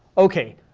okay,